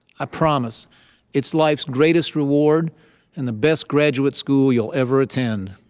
i promise it's life's greatest reward and the best graduate school you'll ever attend.